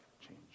change